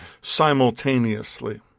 simultaneously